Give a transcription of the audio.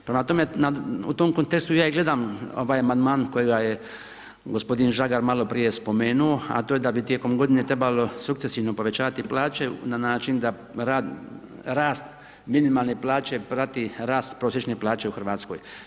Prema tome, u tom kontekstu ja i gledam ovaj amandman kojega je g. Žagar maloprije spomenuo, a to je da bi tijekom g. trebalo sukcesivno povećavati plaće na način da rast minimalne plaće prati rast prosječne plaće u Hrvatskoj.